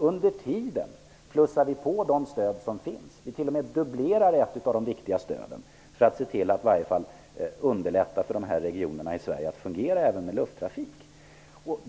Under tiden plussar vi på de stöd som finns och t.o.m. dubblerar ett av de viktiga stöden för att se till att i varje fall underlätta för olika regioner i Sverige när det gäller lufttrafik.